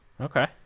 Okay